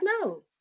no